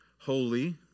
holy